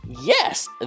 Yes